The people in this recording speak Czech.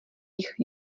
jich